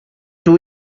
two